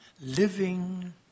living